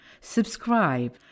Subscribe